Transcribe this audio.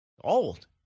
Old